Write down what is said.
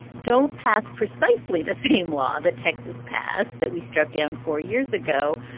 don't pass precisely the same law that texas passed that we struck down four years ago.